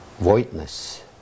voidness